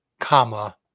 comma